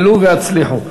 עלו והצליחו.